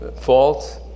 faults